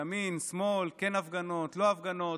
ימין, שמאל, כן הפגנות, לא הפגנות,